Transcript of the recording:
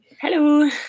Hello